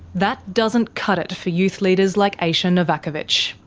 that doesn't cut it for youth leaders like aisha novakovitch.